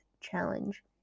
challenge